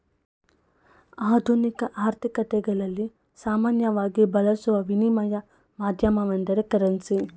ಆಧುನಿಕ ಆರ್ಥಿಕತೆಗಳಲ್ಲಿ ಸಾಮಾನ್ಯವಾಗಿ ಬಳಸುವ ವಿನಿಮಯ ಮಾಧ್ಯಮವೆಂದ್ರೆ ಕರೆನ್ಸಿ